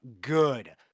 good